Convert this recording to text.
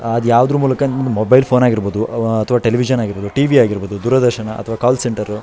ಆದು ಯಾವುದ್ರ ಮೂಲಕ ಎಂದು ಮೊಬೈಲ್ ಫೋನ್ ಆಗಿರ್ಬೋದು ಅವಾ ಟೆಲಿವಿಶನ್ ಆಗಿರ್ಬೋದು ಟಿವಿ ಆಗಿರ್ಬೋದು ದೂರದರ್ಶನ ಅಥ್ವಾ ಕಾಲ್ ಸೆಂಟರ್ರು